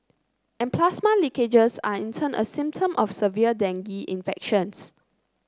and plasma leakages are in turn a symptom of severe dengue infections